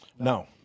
no